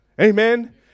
Amen